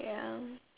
ya